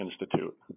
Institute